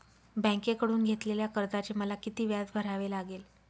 बँकेकडून घेतलेल्या कर्जाचे मला किती व्याज भरावे लागेल?